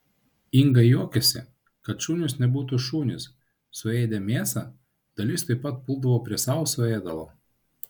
inga juokiasi kad šunys nebūtų šunys suėdę mėsą dalis tuoj pat puldavo prie sauso ėdalo